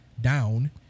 down